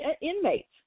inmates